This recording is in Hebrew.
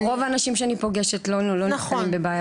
רוב האנשים שאני פוגשת לא נתקלים בבעיה הזאת.